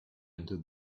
into